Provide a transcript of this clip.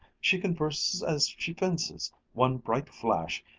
she converses as she fences one bright flash,